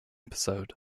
episode